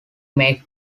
made